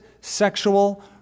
sexual